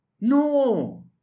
No